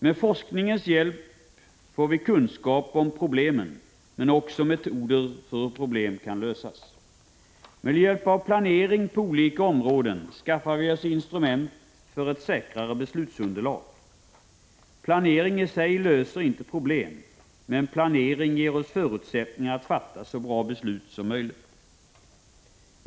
Med forskningens hjälp får vi kunskap om problemen men också metoder för att lösa dem. Med hjälp av planering på olika områden skaffar vi oss instrument för att skapa ett säkrare beslutsunderlag. Planering i sig löser inte problem, men planering ger oss förutsättningar att fatta så bra beslut som möjligt.